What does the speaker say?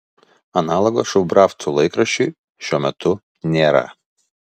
analogo šubravcų laikraščiui šiuo metu nėra